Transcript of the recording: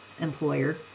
employer